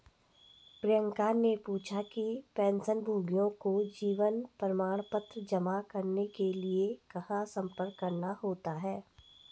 प्रियंका ने पूछा कि पेंशनभोगियों को जीवन प्रमाण पत्र जमा करने के लिए कहाँ संपर्क करना होता है?